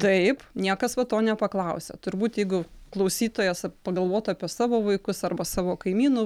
taip niekas va to nepaklausia turbūt jeigu klausytojos pagalvotų apie savo vaikus arba savo kaimynų